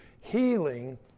healing